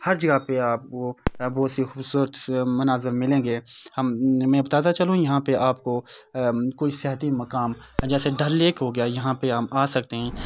ہر جگہ پہ آپ کو وہ بہت سی خوبصورت مناظر ملیں گے میں بتاتا چلوں یہاں پہ آپ کو کوئی سیاحتی مقام جیسے ڈل لیک ہو گیا یہاں پہ آپ آ سکتے ہیں